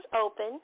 open